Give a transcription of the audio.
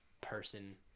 person